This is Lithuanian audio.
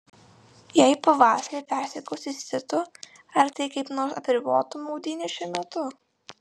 jei pavasarį persirgau cistitu ar tai kaip nors apribotų maudynes šiuo metu